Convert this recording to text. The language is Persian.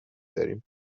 داریم